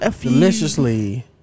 deliciously